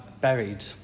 buried